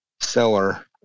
seller